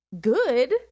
good